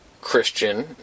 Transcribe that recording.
Christian